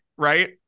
right